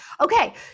Okay